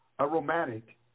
aromatic